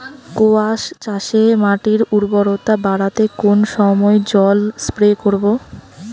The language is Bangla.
কোয়াস চাষে মাটির উর্বরতা বাড়াতে কোন সময় জল স্প্রে করব?